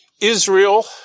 Israel